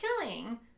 killing